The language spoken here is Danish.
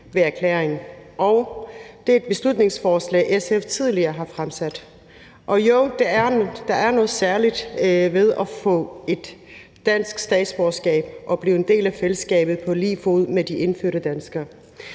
ved erklæring. Det er et beslutningsforslag, som SF tidligere har fremsat. Og jo, der er noget særligt ved at få et dansk statsborgerskab og blive en del af fællesskabet på lige fod med de indfødte danskere.